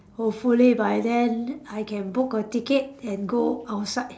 hopefully by then I can book a ticket and go outside